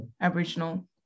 Aboriginal